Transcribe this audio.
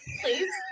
Please